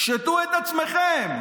קשטו את עצמכם,